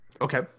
Okay